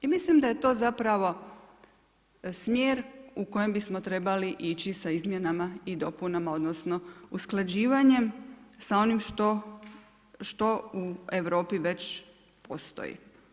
I mislim da je to zapravo smjer u kojem bismo trebali ići sa izmjenama i dopunama, odnosno usklađivanjem sa onim što u Europi već postoji.